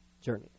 journey